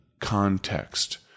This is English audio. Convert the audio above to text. context